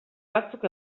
batzuk